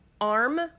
arm